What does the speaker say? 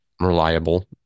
reliable